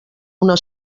una